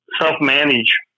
self-manage